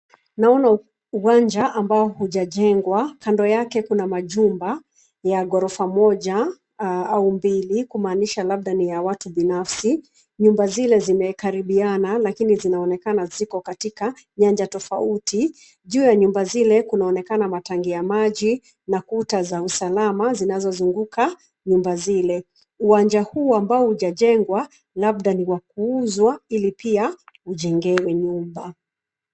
Naona uwanja ambao hujajengwa, kando yake kuna majumba ya ghorofa moja au mbili kumaanisha labda ni ya watu binafsi. Nyumba zile zimekaribiana lakini zinaonekana ziko katika nyanja tofauti. Juu ya nyumba zile kunaonekana matangi ya maji na kuta za usalama zinazozunguka nyumba zile. Uwanja huu ambao hujajengwa labda ni wa kuuzwa ili pia ujengewe nyumba.